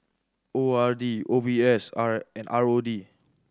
O R D O B S R and R O D